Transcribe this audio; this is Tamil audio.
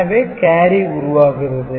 எனவே கேரி உருவாகிறது